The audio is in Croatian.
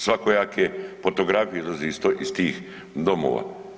Svakojake fotografije izlaze iz tih domova.